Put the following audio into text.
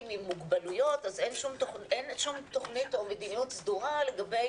עם מוגבלויות אז אין שום תוכנית או מדיניות סדורה לגבי